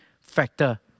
factor